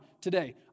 today